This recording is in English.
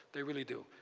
they really do.